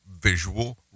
visual